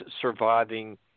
surviving